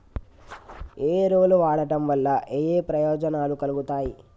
ఏ ఎరువులు వాడటం వల్ల ఏయే ప్రయోజనాలు కలుగుతయి?